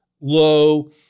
low